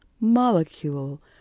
molecule